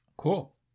Cool